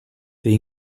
they